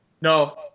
No